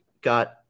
got